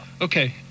Okay